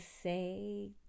say